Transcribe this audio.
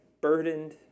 burdened